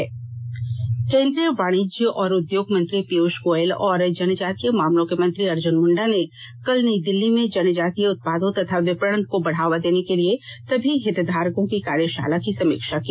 अर्जन मंडा केन्द्रीय वाणिज्य और उद्योग मंत्री पीयूष गोयल और जनजातीय मामलों के मंत्री अर्जुन मुंडा ने कल नई दिल्ली में जनजातीय उत्पादों तथा विपणन को बढावा देने के लिए सभी हितधारकों की कार्यशाला की अध्यक्षता की